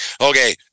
okay